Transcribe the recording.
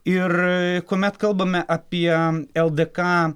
ir kuomet kalbame apie ldk